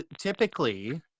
typically